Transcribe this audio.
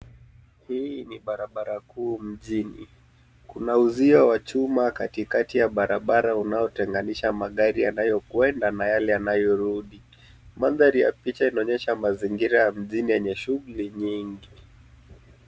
Hii ni barabara kuu mjini. Kuna uzio wa chuma katikati ya barabara unaotenganisha magari yanayokwenda na yale yanayorudi. Mandhari ya picha inaonyesha mazingira ya mjini yenye shughuli nyingi.